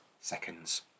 seconds